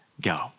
go